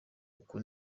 uko